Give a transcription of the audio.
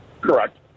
Correct